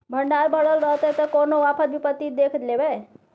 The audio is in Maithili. भंडार भरल रहतै त कोनो आफत विपति देख लेबै